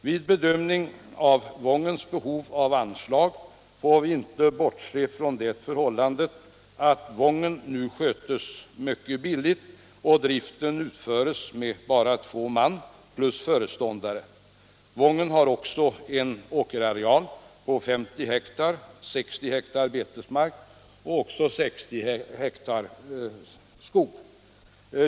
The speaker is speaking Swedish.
Vid bedömning av Wångens behov av anslag får vi inte bortse från det förhållandet att Wången nu sköts mycket billigt och att verksamheten bedrivs med bara två man plus föreståndare. Wången har också 50 hektar åker, 60 hektar betesmark och 60 hektar skog.